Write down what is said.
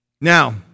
Now